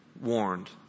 warned